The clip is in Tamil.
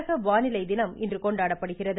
உலக வானிலை தினம் இன்று கொண்டாடப்படுகிறது